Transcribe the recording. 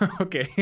Okay